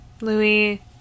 Louis